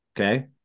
Okay